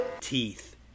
teeth